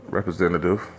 Representative